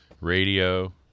Radio